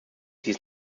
dies